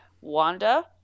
wanda